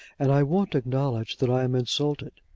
and i won't acknowledge that i am insulted.